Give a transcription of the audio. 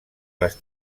les